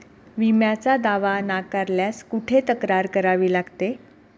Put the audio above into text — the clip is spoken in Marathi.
विम्याचा दावा नाकारल्यास कुठे तक्रार करावी लागते?